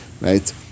right